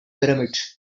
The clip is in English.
pyramids